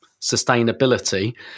sustainability